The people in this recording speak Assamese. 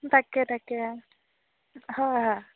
তাকে তাকে হয় হয়